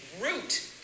root